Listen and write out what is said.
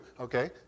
Okay